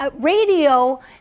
radio